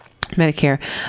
Medicare